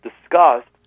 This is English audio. discussed